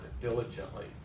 diligently